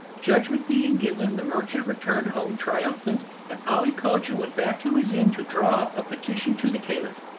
judgment being given the merchant returned home triumphant, and ali cogia went back to his inn to draw up a petition to the caliph.